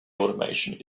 automaton